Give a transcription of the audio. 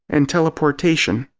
and teleportation?